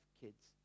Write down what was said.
kids